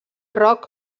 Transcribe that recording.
rock